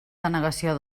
denegació